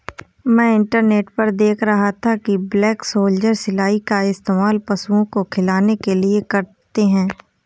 मैं इंटरनेट पर देख रहा था कि ब्लैक सोल्जर सिलाई का इस्तेमाल पशुओं को खिलाने के लिए करते हैं